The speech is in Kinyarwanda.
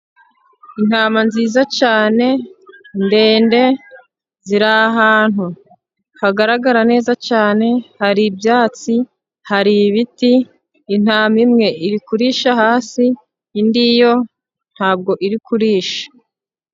Intama nziza cyane ndende ziri ahantu hagaragara neza cyane, hari ibyatsi, hari ibiti, intama imwe iri kurisha hasi, indi yo nta bwo iri kurisha.